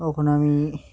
তখন আমি